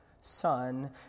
son